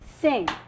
sing